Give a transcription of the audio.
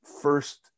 first